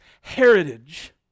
heritage